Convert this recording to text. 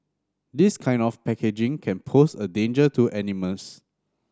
this kind of packaging can pose a danger to animals